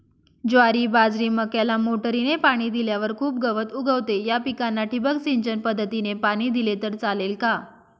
ज्वारी, बाजरी, मक्याला मोटरीने पाणी दिल्यावर खूप गवत उगवते, या पिकांना ठिबक सिंचन पद्धतीने पाणी दिले तर चालेल का?